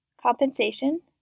compensation